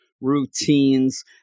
routines